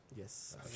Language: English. Yes